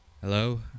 Hello